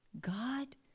God